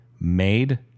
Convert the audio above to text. made